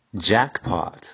jackpot